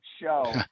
show